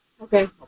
Okay